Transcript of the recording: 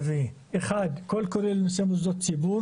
רביעי: 1. קול קורא למוסדות ציבור